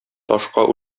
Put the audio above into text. ташка